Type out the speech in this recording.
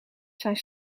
zijn